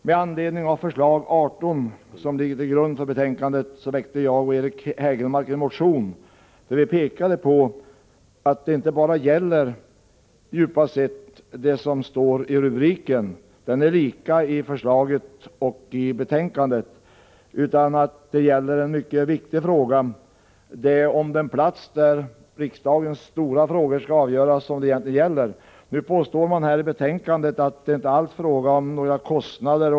Med anledning av förslag 18, som ligger till grund för betänkandet, väckte jag och Eric Hägelmark en motion, där vi pekar på att det inte bara gäller det som står i rubriken — rubriken är lika i förslaget och i betänkandet — utan är en mycket viktig fråga som egentligen handlar om den plats där riksdagens stora frågor skall avgöras. Nu påstås i betänkandet att det inte alls blir fråga om några kostnader.